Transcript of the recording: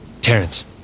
Terrence